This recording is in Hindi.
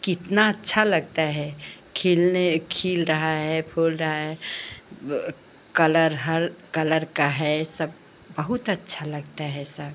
कितना अच्छा लगता है खिलने खिल रहा है फूल रहा है कलर हर कलर का है सब बहुत अच्छा लगता है सब